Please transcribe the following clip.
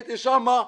כשהייתי שם,